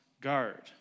guard